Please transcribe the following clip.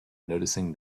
noticing